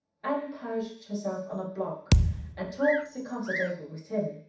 anne perched herself on a block and talked the concert over with him,